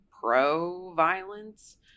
pro-violence